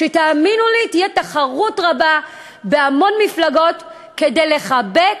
תאמינו לי, תהיה תחרות רבה בהמון מפלגות כדי לחבק,